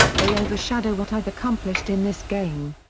they overshadow what i've accomplished in this game.